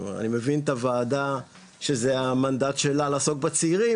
כלומר אני מבין את הוועדה שזה המנדט שלה לעסוק בצעירים.